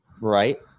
right